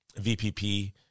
VPP